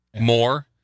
more